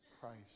Christ